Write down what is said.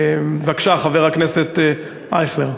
בבקשה, חבר הכנסת אייכלר.